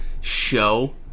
show